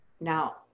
Now